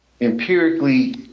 empirically